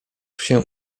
się